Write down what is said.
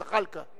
זחאלקה.